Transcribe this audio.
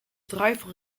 druiven